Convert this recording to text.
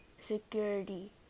Security